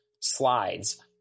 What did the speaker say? slides